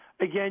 again